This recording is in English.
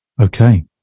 Okay